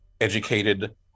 educated